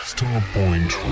Starpoint